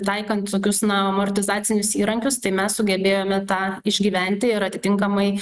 taikant tokius na amortizacinius įrankius tai mes sugebėjome tą išgyventi ir atitinkamai